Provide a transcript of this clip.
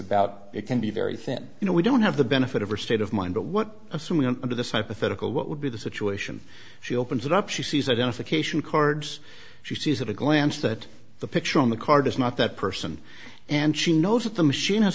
about it can be very thin you know we don't have the benefit of her state of mind but what assuming under this hypothetical what would be the situation she opens it up she sees identification cards she sees at a glance that the picture on the card is not that person and she knows that the machine has